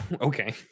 okay